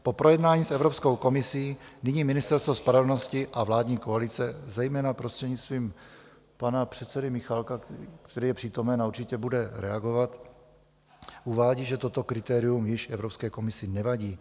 Po projednání s Evropskou komisí nyní Ministerstvo spravedlnosti a vládní koalice, zejména prostřednictvím pana předsedy Michálka, který je přítomen a určitě bude reagovat, uvádí, že toto kritérium již Evropské komisi nevadí.